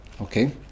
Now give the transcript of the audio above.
Okay